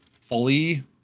fully